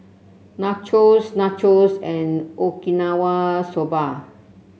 Nachos Nachos and Okinawa Soba